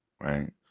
Right